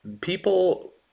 people